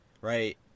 right